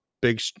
big